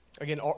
Again